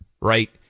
right